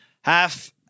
Half